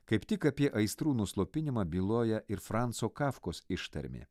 kaip tik apie aistrų nuslopinimą byloja ir franco kafkos ištarmė